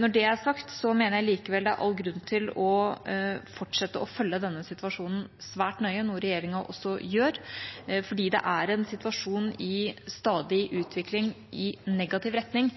Når det er sagt, mener jeg likevel det er all grunn til å fortsette å følge denne situasjonen svært nøye, noe regjeringa også gjør. Det er en situasjon i stadig utvikling i negativ retning,